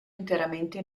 interamente